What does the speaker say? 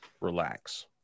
relax